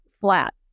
flat